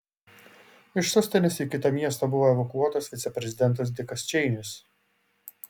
iš sostinės į kitą miestą buvo evakuotas viceprezidentas dikas čeinis